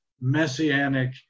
messianic